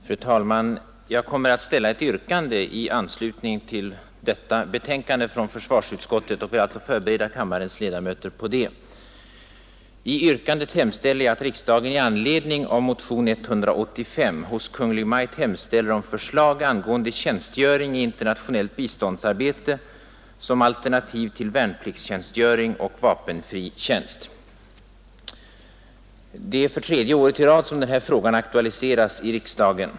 Fru talman! Jag vill förbereda kammarens ledamöter på att jag i anslutning till detta betänkande från försvarsutskottet kommer att ställa ett yrkande, nämligen att riksdagen i anledning av motion 185 hos Kungl. Maj:t hemställer om förslag angående tjänstgöring i internationellt biståndsarbete som alternativ till värnpliktstjänstgöring och vapenfri tjänst. Det är tredje året i rad som denna fråga aktualiseras i riksdagen.